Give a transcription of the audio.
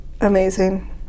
Amazing